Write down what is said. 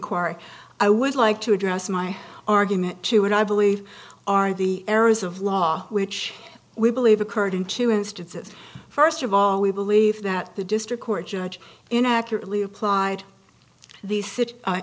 inquiry i would like to address my argument to what i believe are the areas of law which we believe occurred in chew instances first of all we believe that the district court judge in accurately applied the